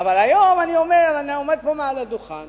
אבל היום אני אומר, אני עומד פה מעל הדוכן